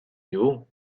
you